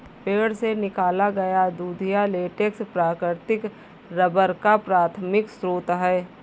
पेड़ से निकाला गया दूधिया लेटेक्स प्राकृतिक रबर का प्राथमिक स्रोत है